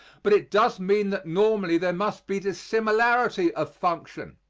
but it does mean that normally there must be dissimilarity of function.